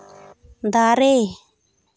ᱫᱟᱨᱮ